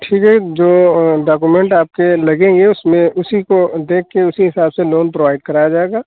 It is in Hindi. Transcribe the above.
ठीक है जो डाकुमेन्ट आपके लगेंगे उसमें उसी को देख कर उसी हिसाब से लोन प्रोवाइड कराया जाएगा